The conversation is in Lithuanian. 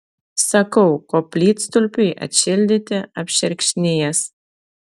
sakau koplytstulpiui atšildyti apšerkšnijęs